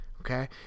Okay